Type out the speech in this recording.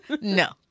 No